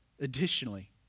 Additionally